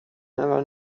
never